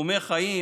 תחומי חיים,